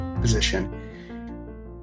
position